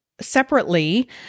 separately